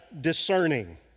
discerning